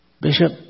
Bishop